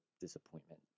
disappointment